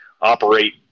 operate